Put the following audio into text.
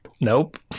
nope